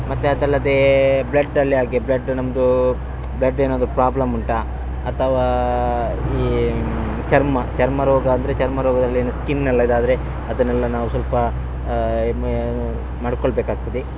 ಮತ್ತು ಅದಲ್ಲದೇ ಬ್ಲಡ್ ಅಲ್ಲಿ ಹಾಗೆ ಬ್ಲಡ್ ನಮ್ಮದು ಬ್ಲಡ್ ಏನಾದರು ಪ್ರಾಬ್ಲಮ್ ಉಂಟ ಅಥವಾ ಈ ಚರ್ಮ ಚರ್ಮರೋಗ ಅಂದರೆ ಚರ್ಮರೋಗದಲ್ಲಿ ಏನು ಸ್ಕಿನ್ ಎಲ್ಲ ಇದು ಆದರೆ ಅದನ್ನೆಲ್ಲ ನಾವು ಸ್ವಲ್ಪ ಮಾಡ್ಕೊಳ್ಬೇಕಾಗ್ತದೆ